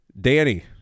Danny